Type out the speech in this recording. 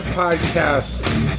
podcasts